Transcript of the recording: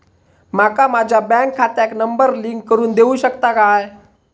माका माझ्या बँक खात्याक नंबर लिंक करून देऊ शकता काय?